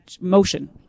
motion